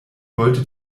wollte